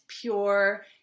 pure